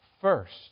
first